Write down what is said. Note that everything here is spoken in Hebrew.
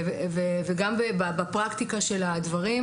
וגם בפרקטיקה של הדברים,